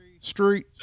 Street